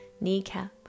kneecap